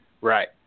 Right